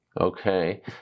Okay